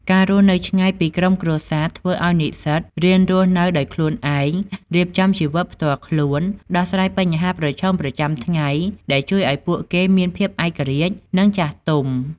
ការរស់នៅឆ្ងាយពីក្រុមគ្រួសារ ធ្វើឲ្យនិស្សិតរៀនរស់នៅដោយខ្លួនឯង រៀបចំជីវិតផ្ទាល់ខ្លួន ដោះស្រាយបញ្ហាប្រឈមប្រចាំថ្ងៃ ដែលជួយឲ្យពួកគេមានភាពឯករាជ្យ និងចាស់ទុំ។